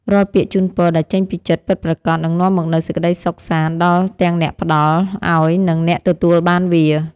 រាល់ពាក្យជូនពរដែលចេញពីចិត្តពិតប្រាកដនឹងនាំមកនូវសេចក្តីសុខសាន្តដល់ទាំងអ្នកផ្ដល់ឱ្យនិងអ្នកទទួលបានវា។